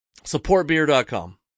supportbeer.com